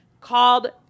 called